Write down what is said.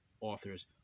authors